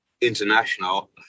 international